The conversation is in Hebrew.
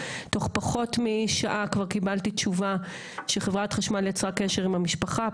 תוך פחות משעה כבר קיבלתי תשובה שחברת חשמל יצרה קשר עם המשפחה.